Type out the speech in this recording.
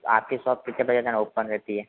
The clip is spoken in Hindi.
आपकी शॉप कितने बजे तक ओपन रहती है